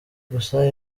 gusa